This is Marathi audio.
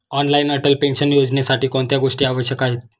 ऑनलाइन अटल पेन्शन योजनेसाठी कोणत्या गोष्टी आवश्यक आहेत?